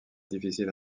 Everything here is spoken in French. difficile